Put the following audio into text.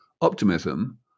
optimism